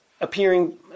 appearing